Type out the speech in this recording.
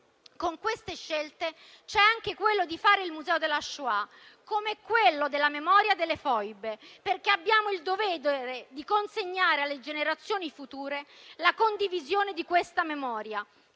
tra queste scelte c'è anche quella di fare il Museo della Shoah, come quello della memoria delle Foibe, perché abbiamo il dovere di consegnare alle generazioni future la condivisione di questa memoria,